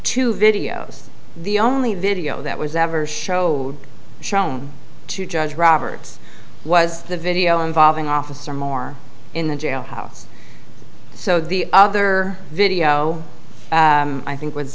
two videos the only video that was ever showed shown to judge roberts was the video involving officer moore in the jailhouse so the other video i think was